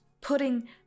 putting